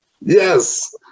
Yes